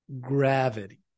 Gravity